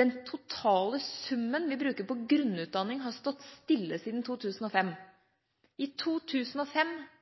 den totale summen vi bruker på grunnutdanning, har stått stille siden 2005. I 2005,